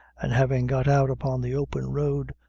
and having got out upon the open road,